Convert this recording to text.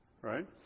right